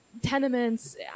tenements